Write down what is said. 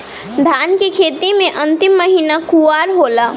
धान के खेती मे अन्तिम महीना कुवार होला?